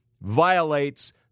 violates